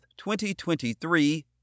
2023